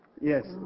Yes